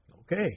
Okay